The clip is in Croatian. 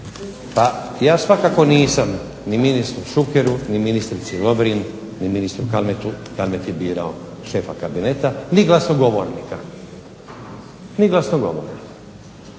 Ja svakako nisam ni ministru Šukeru, ni ministrici LOvrin, ni ministru Kalmeti birao šefa kabineta ni glasnogovornika, to su činili